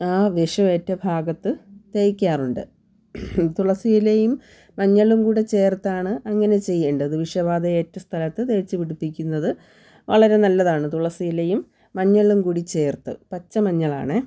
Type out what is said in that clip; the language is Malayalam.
ആ വിഷമേറ്റ ഭാഗത്ത് തേക്കാറുണ്ട് തുളസിയിലയും മഞ്ഞളും കൂടെ ചേർത്താണ് അങ്ങനെ ചെയ്യേണ്ടത് വിഷബാധയേറ്റ സ്ഥലത്ത് തേച്ച് പിടിപ്പിക്കുന്നത് വളരെ നല്ലതാണ് തുളസിയിലയും മഞ്ഞളും കൂടി ചേർത്ത് പച്ച മഞ്ഞളാണ്